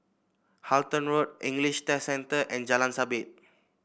Halton Road English Test Centre and Jalan Sabit